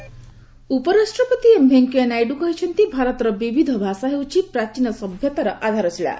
VP ଉପରାଷ୍ଟ୍ରପତି M Venkaiah Naidu କହିଛନ୍ତି ଭାରତର ବିବିଧ ଭାଷା ହେଉଛି ପ୍ରାଚୀନ ସଭ୍ୟତାର ଆଧାରଶୀଳା